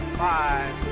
five